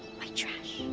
white trash.